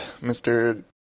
Mr